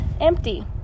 empty